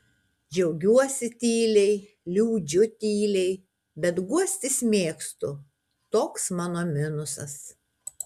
džiaugiuosi tyliai liūdžiu tyliai bet guostis mėgstu toks mano minusas